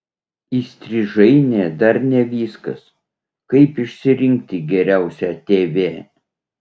įstrižainė dar ne viskas kaip išsirinkti geriausią tv